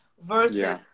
versus